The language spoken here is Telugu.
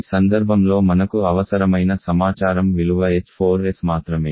ఈ సందర్భంలో మనకు అవసరమైన సమాచారం విలువ h4s మాత్రమే